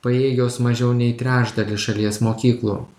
pajėgios mažiau nei trečdalis šalies mokyklų